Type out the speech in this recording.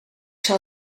zal